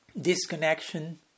disconnection